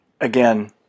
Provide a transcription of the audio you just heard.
Again